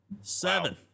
Seven